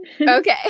Okay